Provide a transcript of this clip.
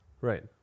Right